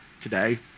today